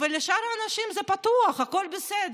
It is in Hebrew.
ולשאר האנשים זה פתוח, הכול בסדר?